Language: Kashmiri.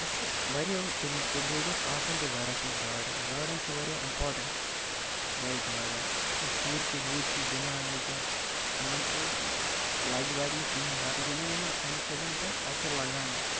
أسۍ چھِ واریاہہو طٔریٖقو بیٚیہِ گوٚژھ آسُن تہِ گَرَس منٛز گارڈن گارڈٕن چھِ واریاہ اِمپاٹَنٛٹ گَرِ گارڈٕن یہِ چھِ شُرۍ چھِ وُرۍ چھِ گِنٛدان أکیٛاہ مان ژٕ لَگہِ وَگہِ نہٕ کِہیٖنٛۍ نَتہٕ گِنٛدان یِمَن کَنہِ پھٔلٮ۪ن پٮ۪ٹھ اَتہِ چھِ لَگان حظ